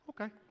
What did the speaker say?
Okay